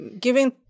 giving